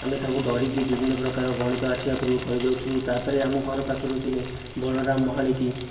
ଆମେ ତାଙ୍କୁ ଡରିକି ବିଭିନ୍ନ ପ୍ରକାର ଗଣିତ ଆସିବା ପୂର୍ବରୁ କରିଦେଉଥିଲୁ ତା'ପରେ ଆମ ଘର ପାଖରୁ ଥିଲେ ବଳରାମ ମହାଳିକ